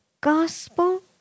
gospel